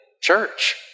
church